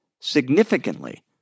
significantly